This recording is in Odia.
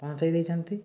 ପହଁଞ୍ଚେଇ ଦେଇଛନ୍ତି